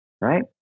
right